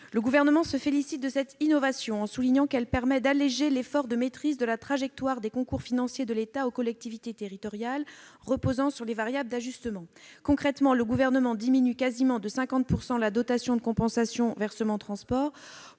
Le Gouvernement se félicite de cette « innovation », en soulignant qu'elle « permet d'alléger l'effort de maîtrise de la trajectoire des concours financiers de l'État aux collectivités territoriales, reposant sur les variables d'ajustement ». Concrètement, le Gouvernement diminue quasiment de 50 % la dotation de compensation VT pour